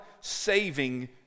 saving